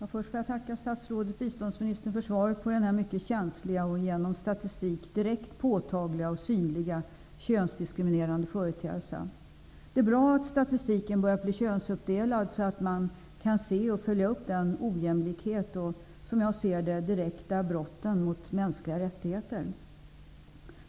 Herr talman! Först får jag tacka biståndsministern för svaret på denna mycket känsliga och med hjälp av statistik direkt påtagliga och synliga könsdiskriminerande företeelse. Det är bra att statistiken börjar bli könsuppdelad så att det går att se och följa upp de ojämlika och direkta brotten mot mänskliga rättigheter.